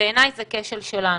בעיניי זה כשל שלנו.